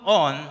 on